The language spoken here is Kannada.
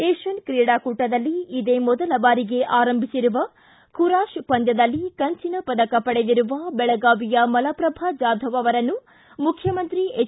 ಏಷ್ಠನ್ ತ್ರೀಡಾಕೂಟದಲ್ಲಿ ಇದೇ ಮೊದಲ ಬಾರಿಗೆ ಆರಂಭಿಸಿರುವ ಖುರಾಷ್ ಪಂದ್ಯದಲ್ಲಿ ಕಂಚಿನ ಪದಕ ಪಡೆದಿರುವ ಬೆಳಗಾವಿಯ ಮಲಪ್ರಭಾ ಜಾಧವ್ ಅವರನ್ನು ಮುಖ್ಯಮಂತ್ರಿ ಎಚ್